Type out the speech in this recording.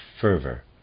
fervor